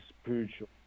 spiritual